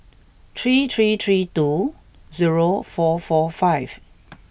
three three three two zero four four five